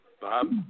Bob